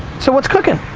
so what's cooking?